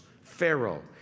Pharaoh